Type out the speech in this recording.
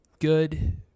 good